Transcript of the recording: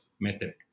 method